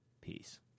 Peace